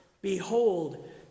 Behold